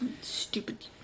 Stupid